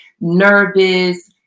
nervous